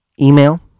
email